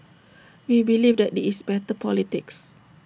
we believe that this is better politics